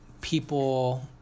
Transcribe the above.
people